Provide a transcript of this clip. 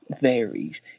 Varies